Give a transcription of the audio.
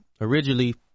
Originally